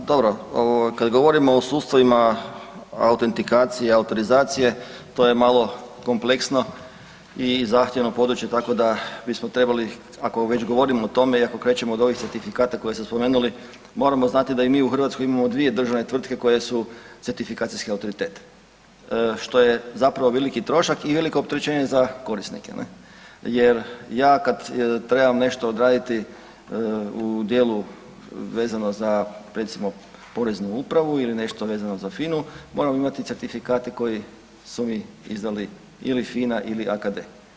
Da, dobro kad govorimo o sustavima autentikacije, autorizacije to je malo kompleksno i zahtjevno područje tako da bismo trebali ako već govorimo o tome i ako krećemo od ovih certifikata koje ste spomenuli moramo znati da i mi u Hrvatskoj imamo dvije državne tvrtke koje su certifikacijski autoritet, što je zapravo veliki trošak i veliki opterećenje za korisnike jer ja kad trebam nešto odraditi u dijelu vezano za recimo Poreznu upravu ili recimo nešto vezano za FINA-u moram imati certifikate koji su mi izdali ili FINA ili AKD.